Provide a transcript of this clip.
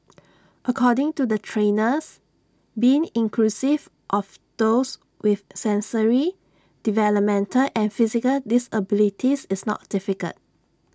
according to the trainers being inclusive of those with sensory developmental and physical disabilities is not difficult